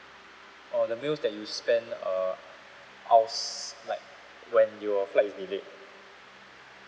oh the meals that you spend uh outs~ like when your flight is delayed